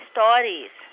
Stories